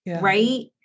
Right